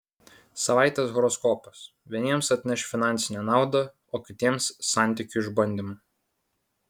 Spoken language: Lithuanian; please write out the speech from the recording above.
savaitės horoskopas vieniems atneš finansinę naudą o kitiems santykių išbandymą